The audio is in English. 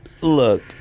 Look